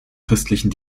christlichen